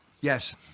yes